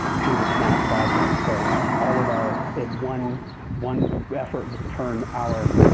to the snac project. so all of our one one effort will turn our